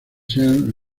sean